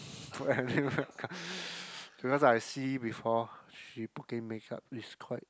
because I see before she putting make up is quite